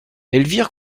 elvire